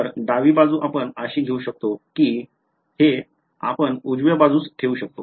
तर डावी बाजू आपण अशी घेऊ शकतो कि हे आपण उजव्या बाजूस ठेऊ शकतो